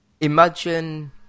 Imagine